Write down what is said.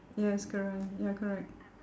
yes correct ya correct